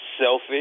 selfish